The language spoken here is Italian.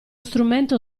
strumento